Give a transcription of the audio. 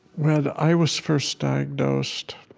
when i was first diagnosed,